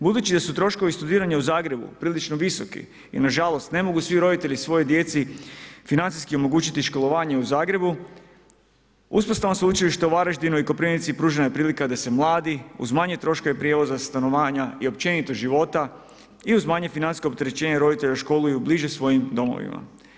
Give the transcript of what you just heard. Budući da su troškovi studiranja u Zagrebu prilično visoki, i nažalost, ne mogu svi roditelji svojoj djeci financijski omogućiti školovanje u Zagrebu, uspostavom Sveučilištem u Varaždinu i Koprivnici, pružena je prilika da se mladi, uz manje troškova prijevoza stanovanja i općenito života, i uz manje financijsko opterećenje roditelja školuju bliže svojim domovima.